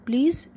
Please